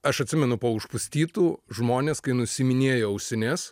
aš atsimenu po užpustytų žmones kai nusiiminėjo ausines